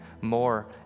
more